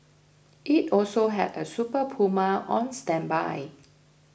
it also had a Super Puma on standby